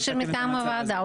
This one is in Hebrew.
או מטעם הוועדה.